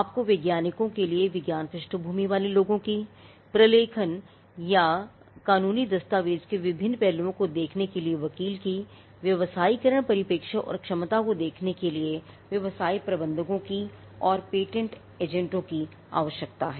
आपको वैज्ञानिकों के लिए विज्ञान पृष्ठभूमि वाले लोगों की प्रलेखन या कानूनी दस्तावेज के विभिन्न पहलुओं को देख सकने के लिए वक़ील की व्यावसायीकरण परिप्रेक्ष्य और क्षमता को देख सकने के लिए व्यवसाय प्रबंधकों की और पेटेंट एजेंटों की आवश्यकता है